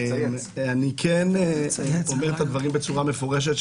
אני כן אומר את הדברים בצורה מפורשת,